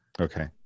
Okay